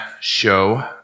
show